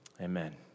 Amen